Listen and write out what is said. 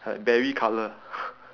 uh berry colour